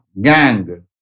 gang